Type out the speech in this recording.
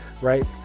right